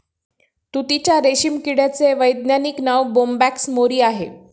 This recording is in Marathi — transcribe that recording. तुतीच्या रेशीम किड्याचे वैज्ञानिक नाव बोंबॅक्स मोरी आहे